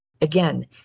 Again